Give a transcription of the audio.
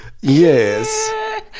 Yes